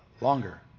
longer